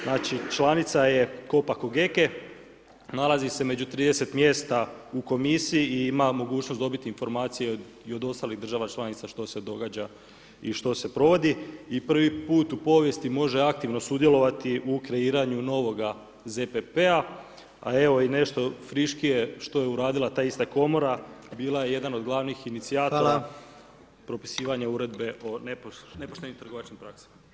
Znači članica je COPA-cogece, nalazi se među 30 mjesta u komisiji ima mogućnost dobiti informacije i od ostalih država članica štose događa i što se provodi i prvi put u povijesti može aktivno sudjelovati u kreiranju novoga ZPP-a a evo i nešto friškije što je uradila ta ista komora, bila je jedan od glavnih inicijatora propisivanja uredbe o nepoštenim trgovačkim praksama, hvala.